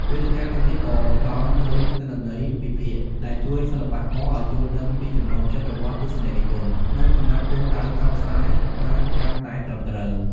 វេទិកាទាំងនេះក៏ផ្ដល់នូវទិន្នន័យវិភាគ ដែលជួយសិល្បករឲ្យយល់ដឹងពីចំណូលចិត្តរបស់ទស្សនិកជន និងកំណត់គោលដៅផ្សព្វផ្សាយបានកាន់តែត្រឹមត្រូវ។